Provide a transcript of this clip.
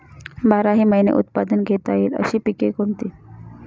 बाराही महिने उत्पादन घेता येईल अशी पिके कोणती?